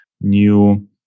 new